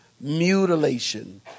Mutilation